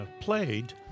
played